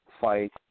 fight